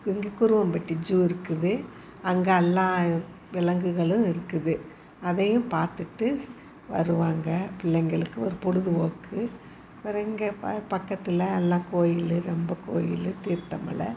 Kuruvampatti zoo இருக்குது அங்கே எல்லா விலங்குகளும் இருக்குது அதையும் பார்த்துட்டு வருவாங்க பிள்ளைகளுக்கு ஒரு பொழுதுபோக்கு வேறு எங்கள் பக்கத்தில் அல்லா கோயில் நம்ம கோயில் தீர்த்தமலை